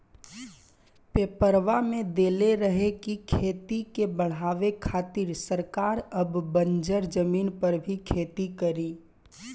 पेपरवा में देले रहे की खेती के बढ़ावे खातिर सरकार अब बंजर जमीन पर भी खेती करी